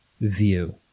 view